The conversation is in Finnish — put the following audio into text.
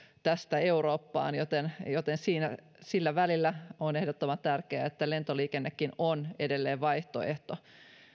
tästä eurooppaan joten joten sillä välillä on ehdottoman tärkeää että lentoliikennekin on edelleen vaihtoehto